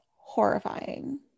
horrifying